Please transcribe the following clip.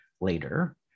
later